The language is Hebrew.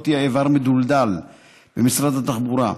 לא תהיה איבר מדולדל במשרד התחבורה.